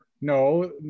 No